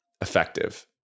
effective